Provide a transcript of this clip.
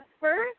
first